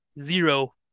zero